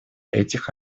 этих